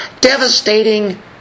Devastating